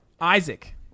Isaac